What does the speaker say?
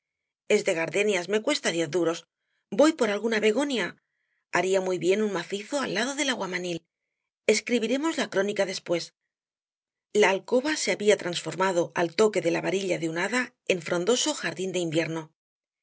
es de gardenias me cuesta diez duros voy por alguna begonia haría muy bien un macizo al lado del aguamanil escribiremos la crónica después la alcoba se había transformado al toque de la varilla de un hada en frondoso jardín de invierno